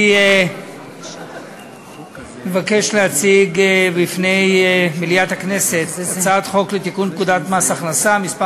אני מבקש להציג בפני מליאת הכנסת הצעת לתיקון פקודת מס הכנסה (מס'